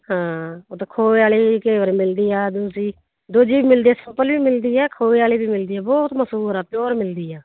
ਹਾਂ ਉੱਦਾਂ ਖੋਏ ਵਾਲੀ ਵੀ ਘੇਵਾਰੀ ਮਿਲਦੀ ਆ ਦੂਸੀ ਦੂਜੀ ਵੀ ਮਿਲਦੀ ਆ ਸਫ ਵਾਲੀ ਵੀ ਮਿਲਦੀ ਆ ਖੋਏ ਵਾਲੀ ਵੀ ਮਿਲਦੀ ਆ ਬਹੁਤ ਮਸੂਰ ਆ ਪਿਓਰ ਮਿਲਦੀ ਆ